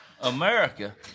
America